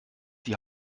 die